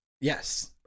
yes